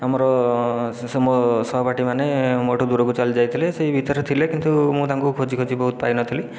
ଆମର ସେ ମୋ ସହପାଠୀମାନେ ମୋଠୁ ଦୂରକୁ ଚାଲିଯାଇଥିଲେ ସେହି ଭିତରେ ଥିଲେ କିନ୍ତୁ ମୁଁ ତାଙ୍କୁ ଖୋଜି ଖୋଜି ବହୁତ ପାଇନଥିଲି